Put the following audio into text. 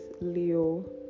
Leo